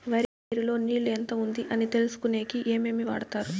వరి పైరు లో నీళ్లు ఎంత ఉంది అని తెలుసుకునేకి ఏమేమి వాడతారు?